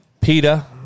PETA